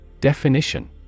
Definition